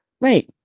Right